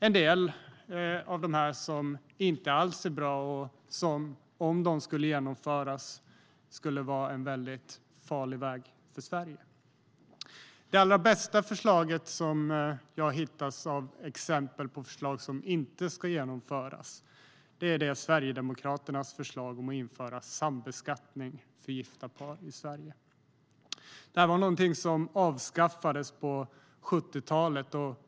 En del av dem är dock inte alls bra, och om de skulle genomföras skulle det vara en farlig väg för Sverige.Det bästa exemplet på förslag som inte ska genomföras är Sverigedemokraternas förslag om att införa sambeskattning för gifta par i Sverige. Sambeskattningen avskaffades på 1970-talet.